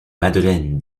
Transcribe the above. madeleine